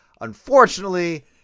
Unfortunately